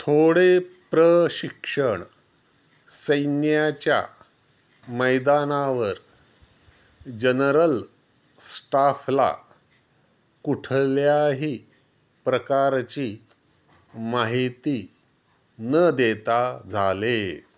थोडे प्रशिक्षण सैन्याच्या मैदानावर जनरल स्टाफला कुठल्याही प्रकारची माहिती न देता झाले